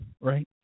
right